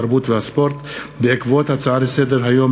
התרבות והספורט בעקבות דיון בהצעה לסדר-היום